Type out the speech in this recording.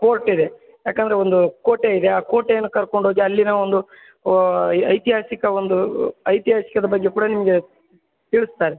ಫೋರ್ಟಿದೆ ಏಕಂದ್ರೆ ಒಂದು ಕೋಟೆ ಇದೆ ಆ ಕೋಟೇನ್ನ ಕರ್ಕೊಂಡೋಗಿ ಅಲ್ಲಿನ ಒಂದು ಐತಿಹಾಸಿಕ ಒಂದು ಐತಿಹಾಸಿಕದ ಬಗ್ಗೆ ಕೂಡ ನಿಮಗೆ ತಿಳ್ಸ್ತಾರೆ